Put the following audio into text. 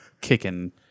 kicking